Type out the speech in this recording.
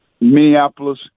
Minneapolis